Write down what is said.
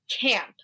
camp